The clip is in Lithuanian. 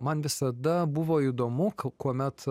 man visada buvo įdomu k kuomet